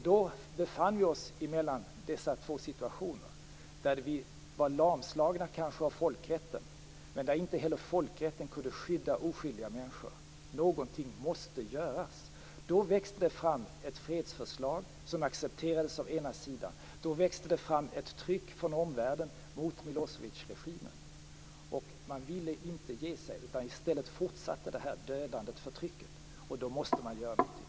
Vi befann oss i den situationen att vi var lamslagna av folkrätten, men inte heller folkrätten kunde skydda oskyldiga människor. Någonting måste göras. Då växte det fram ett fredsförslag som accepterades av den ena sidan. Då växte det fram ett tryck från omvärlden mot Milosevicregimen. Den ville inte ge sig, utan i stället fortsatte detta dödande och förtryck. Då var man tvungen att göra någonting.